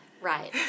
Right